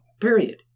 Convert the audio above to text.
Period